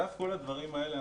על אף כל הדברים האלה,